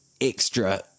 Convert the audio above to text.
extra